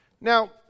Now